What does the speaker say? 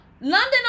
london